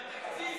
דודי, התקציב,